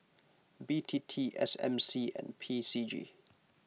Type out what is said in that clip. B T T S M C and P C G